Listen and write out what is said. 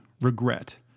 regret